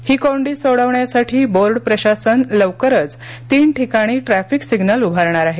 ही कोंडी सोडविण्यासाठी बोर्ड प्रशासन लवकरच तीन ठिकाणी ट्रॅफिक सिग्नल उभारणार आहे